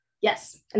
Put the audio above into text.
Yes